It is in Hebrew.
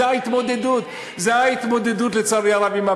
זאת ההתמודדות עם הבעיות, לצערי הרב.